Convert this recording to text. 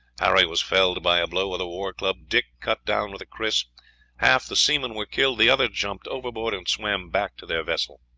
harry was felled by a blow with a war club, dick cut down with a kris half the seamen were killed, the others jumped overboard and swam back to their vessel.